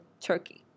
Turkey